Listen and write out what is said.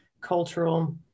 cultural